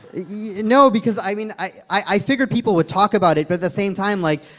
you know because, i mean, i i figured people would talk about it, but at the same time, like,